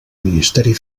ministeri